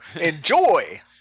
enjoy